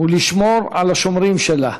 לשמור על השומרים שלה.